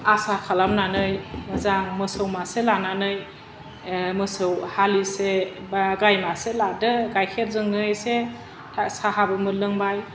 आसा खालामनानै मोजां मोसौ मासे लानानै मोसौ हालिसे बा गाइ मासे लादो गाइखेरजोंहाय एसे साहाबो मोनलोंबाय